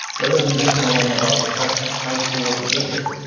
rather than just knowing about the cuts to high schools in the district,